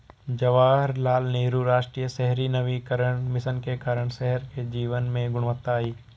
जवाहरलाल नेहरू राष्ट्रीय शहरी नवीकरण मिशन के कारण शहर के जीवन में गुणवत्ता आई